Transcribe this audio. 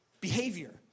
behavior